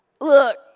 Look